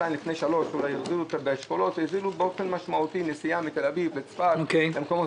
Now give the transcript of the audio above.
הוזלה משמעותית של נסיעה מתל אביב לצפת וכדו'.